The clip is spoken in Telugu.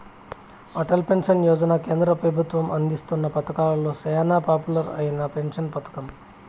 అటల్ పెన్సన్ యోజన కేంద్ర పెబుత్వం అందిస్తున్న పతకాలలో సేనా పాపులర్ అయిన పెన్సన్ పతకం